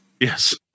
yes